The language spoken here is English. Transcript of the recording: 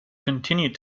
continued